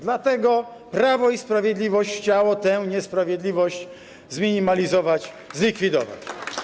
Dlatego Prawo i Sprawiedliwość chciało tę niesprawiedliwość zminimalizować, zlikwidować.